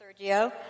sergio